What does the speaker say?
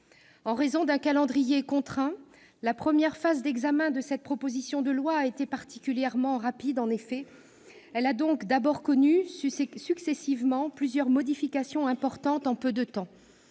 En raison d'un calendrier contraint, la première phase d'examen de cette proposition de loi a été particulièrement rapide. Elle a donc d'abord connu successivement plusieurs modifications importantes en peu de temps.